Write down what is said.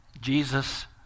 Jesus